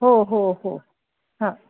हो हो हो हां